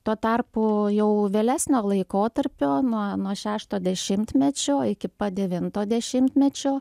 tuo tarpu jau vėlesnio laikotarpio nuo nuo šešto dešimtmečio iki pat devinto dešimtmečio